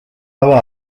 lava